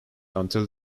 until